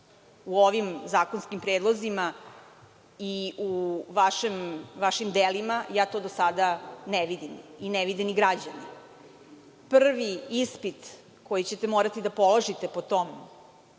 u ovim zakonskim predlozima i u vašim delima, ja to do sada ne vidim i ne vide ni građani. Prvi ispit koji ćete morati da položite po tom